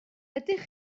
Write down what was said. ydych